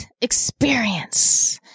experience